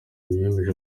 biyemeje